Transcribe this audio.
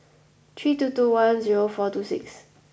three two two one zero four two six